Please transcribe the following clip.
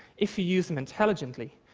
if you use them intelligently,